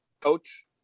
Coach